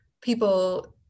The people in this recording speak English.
people